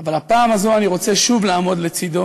אבל הפעם הזאת אני רוצה לעמוד שוב לצדו.